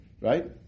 right